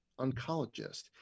oncologist